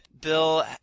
Bill